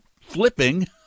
flipping